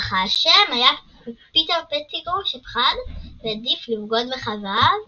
אך האשם הוא פיטר פטיגרו שפחד והעדיף לבגוד בחבריו